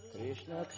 Krishna